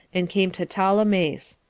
and came to ptolemais.